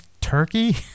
turkey